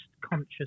conscious